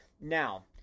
Now